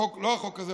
לא החוק הזה,